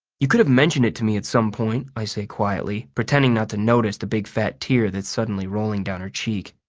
you could have mentioned it to me at some point, i say quietly, pretending not to notice the big fat tear that's suddenly rolling down her cheek.